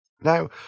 Now